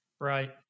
Right